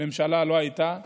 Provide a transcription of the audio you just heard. לא הייתה ממשלה.